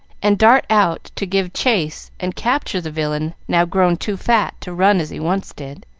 and dart out to give chase and capture the villain now grown too fat to run as he once did.